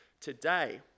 today